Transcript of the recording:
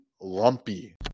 lumpy